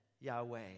Yahweh